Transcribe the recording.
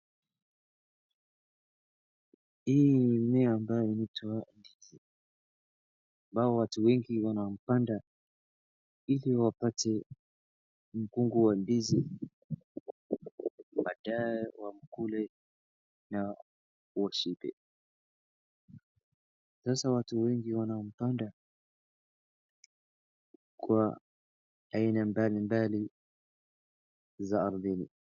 Hii ni eneo ambayo watu wengi wanapanda ili wapate mkungu wa ndizi baadae wakule na washibe. Sasa watu wengi wanapanda kwa haina mbalimbali za ardhini